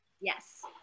Yes